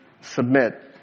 submit